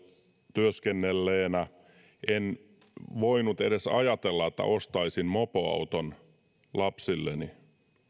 työskennelleenä en voinut edes ajatella että ostaisin mopoauton lapsilleni